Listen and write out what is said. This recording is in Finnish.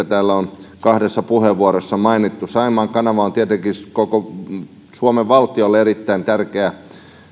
täällä on kahdessa puheenvuorossa mainittu saimaan kanava on tietenkin koko suomen valtiolle erittäin tärkeä